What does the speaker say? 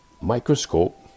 microscope